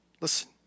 Listen